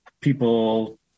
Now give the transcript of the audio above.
people